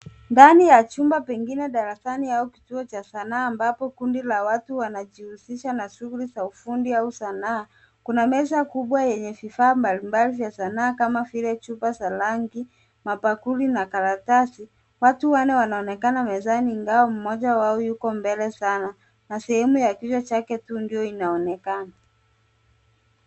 Ndani ya chumba, pengine darasani au kituo cha sanaa ambapo kundi la watu wanajihusisha na shughuli za ufundi au sanaa. Kuna meza kubwa yenye vifaa mbalimbali vya sanaa kama vile chupa za rangi, mabakuli na karatasi. Watu wanne wanaonekana mezani, ingawa mmoja wao yuko mbele sana na sehemu ya kichwa chake ndiyo inaonekana.